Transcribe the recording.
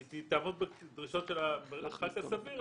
היא תעמוד בדרישות של המרחק הסביר,